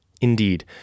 Indeed